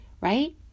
right